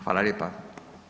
Hvala lijepa.